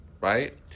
right